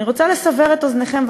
אני רוצה לסבר את אוזנכם,